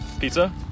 pizza